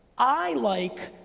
i like,